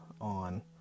on